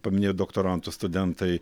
paminėjot doktoranto studentai